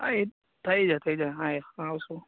હા એ થઈ જાય થઈ જાય હા એ આવીશું